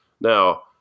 Now